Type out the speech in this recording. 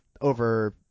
over